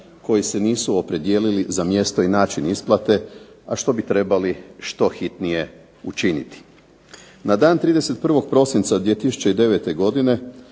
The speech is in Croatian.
koji se nisu opredijelili za mjesto i način isplate, a što bi trebali što hitnije učiniti. Na dan 31. prosinca 2009. godine